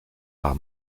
par